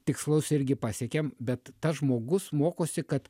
tikslus irgi pasiekėm bet tas žmogus mokosi kad